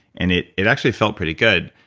and it it actually felt pretty good,